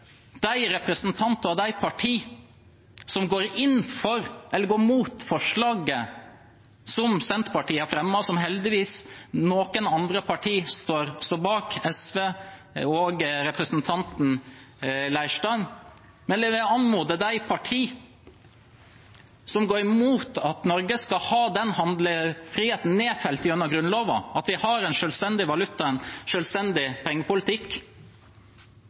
de representanter og de partier som går imot forslaget som Senterpartiet har fremmet – heldigvis er det noen andre partier står bak: SV og representanten Leirstein – og som går imot at Norge skal ha handlefriheten til å ha en selvstendig valuta og en selvstendig valutapolitikk nedfelt i Grunnloven,